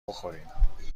بخوریم